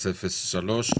83003,